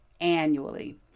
annually